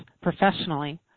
professionally